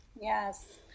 Yes